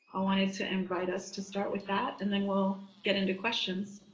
i wanted to invite us to start with that and then we'll get into questions.